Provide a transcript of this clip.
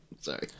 Sorry